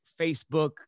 Facebook